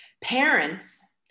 Parents